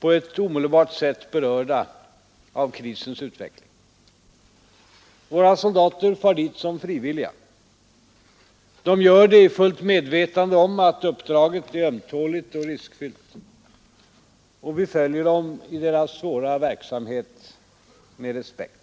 på ett omedelbart sätt berörda av krisens utveckling. Våra soldater far dit som frivilliga i fullt medvetande om att uppdraget är ömtåligt och riskfyllt. Vi följer dem i deras svåra verksamhet med respekt.